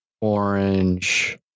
orange